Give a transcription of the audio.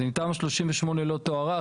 אז אם תמ"א 38 לא תוארך,